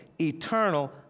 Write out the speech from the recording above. eternal